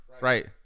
Right